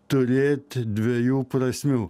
turėt dviejų prasmių